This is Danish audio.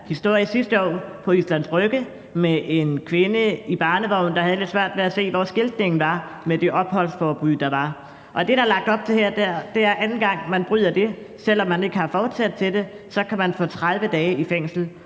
historie fra Islands Brygge, hvor en kvinde med en barnevogn havde lidt svært ved at se, hvor skiltningen var med hensyn til det opholdsforbud, der var, og det, der er lagt op til her, er, at man, anden gang man bryder det, selv om man ikke har forsæt til det, kan få 30 dage i fængsel.